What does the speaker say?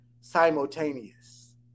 simultaneous